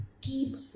Keep